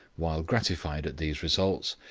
while gratified at these results,